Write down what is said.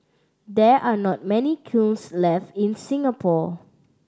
there are not many kilns left in Singapore